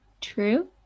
True